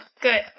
good